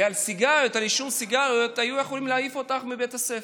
ועל עישון סיגריות היו יכולים להעיף אותך מבית הספר,